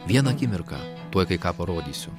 vieną akimirką tuoj kai ką parodysiu